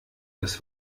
das